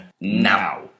now